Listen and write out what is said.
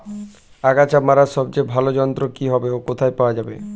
আগাছা মারার সবচেয়ে ভালো যন্ত্র কি হবে ও কোথায় পাওয়া যাবে?